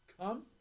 come